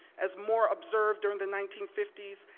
as moore observed during the nineteen fifty s,